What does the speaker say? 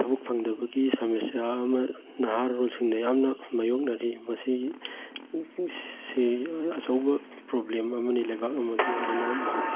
ꯊꯕꯛ ꯐꯪꯗꯕꯒꯤ ꯁꯃꯦꯁ꯭ꯌꯥ ꯑꯃ ꯅꯥꯍꯥꯔꯣꯜꯁꯤꯡꯅ ꯌꯥꯝꯅ ꯃꯥꯏꯌꯣꯛꯅꯔꯤ ꯃꯁꯤ ꯑꯆꯧꯕ ꯄ꯭ꯔꯣꯕ꯭ꯂꯦꯝ ꯑꯃꯅꯤ ꯂꯩꯕꯥꯛ ꯑꯃꯒꯤ ꯑꯗꯨꯅ ꯃꯍꯥꯛ